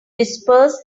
disperse